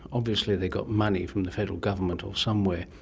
obviously they got money from the federal government or somewhere,